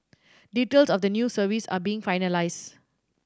details of the new service are being finalised